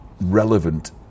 relevant